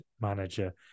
manager